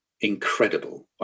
incredible